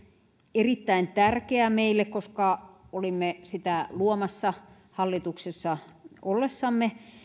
erittäin tärkeä meille koska olimme sitä luomassa hallituksessa ollessamme